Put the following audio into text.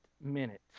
minute